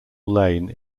lane